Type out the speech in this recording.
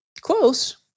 Close